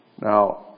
Now